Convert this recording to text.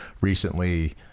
recently